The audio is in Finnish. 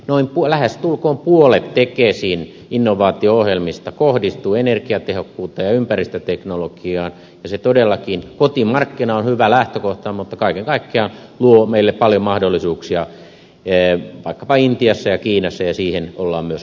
noin lähestulkoon puolet tekesin innovaatio ohjelmista kohdistuu energiatehokkuuteen ja ympäristöteknologiaan ja todellakin kotimarkkina on hyvä lähtökohta mutta kaiken kaikkiaan se luo meille paljon mahdollisuuksia vaikkapa intiassa ja kiinassa ja siihen ollaan myöskin panostamassa